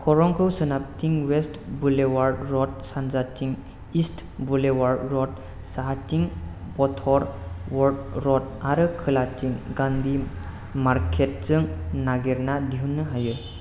खरंखौ सोनाबथिं west boulevard road सानजाथिं ईस्ट बुलेवार्ड र'ड साहाथिं बटर वर्थ र'ड आरो खोलाथिं गान्धी मार्केटजों नागिरना दिहुननो हायो